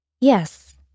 Yes